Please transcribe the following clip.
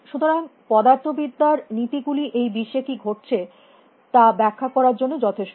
সুতরাং পদার্থবিদ্যা র নীতি গুলি এই বিশ্বে কী ঘটছে তা ব্যাখ্যা করার জন্য যথেষ্ট